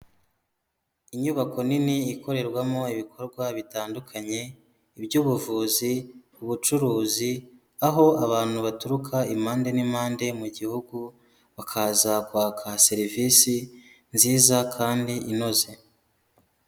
Inyubako nini ikorerwamo ibikorwa bitandukanye iby'ubuvuzi, ubucuruzi aho abantu baturuka impande n'impande mu gihugu bakaza kwaka serivisi nziza kandi inoze.